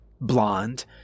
Blonde